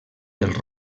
dels